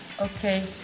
Okay